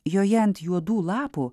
joje ant juodų lapų